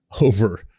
over